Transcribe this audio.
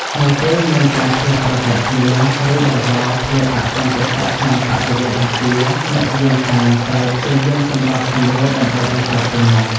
នៅពេលមានការឈ្លោះប្រកែកគ្នា ឬបង្កភាពអសន្តិសុខក្នុងបរិវេណអគារ អ្នកយាមកាមត្រូវ ព្យាយាមសម្របសម្រួល ដើម្បីបញ្ចប់ទំនាស់។